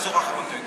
בעשור האחרון.